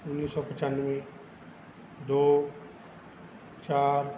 ਉੱਨੀ ਸੌ ਪਚਾਨਵੇਂ ਦੋ ਚਾਰ